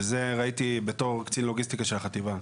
ואת זה ראיתי בתור קצין לוגיסטיקה של החטיבה.